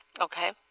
Okay